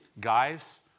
Guys